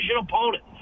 opponent